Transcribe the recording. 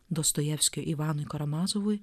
dostojevskio ivanui karamazovui